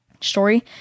story